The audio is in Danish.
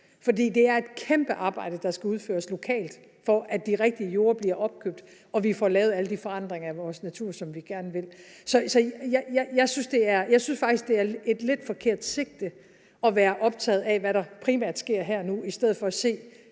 fordi det er et kæmpe arbejde, der skal udføres lokalt, for at de rigtige jorder bliver opkøbt og vi får lavet alle de forandringer af vores natur, som vi gerne vil. Så jeg synes faktisk, det er et lidt forkert sigte at være optaget af, hvad der primært sker her og nu, i stedet for at se,